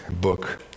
book